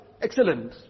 excellent